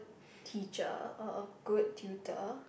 teacher or a good tutor